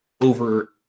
over